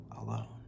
alone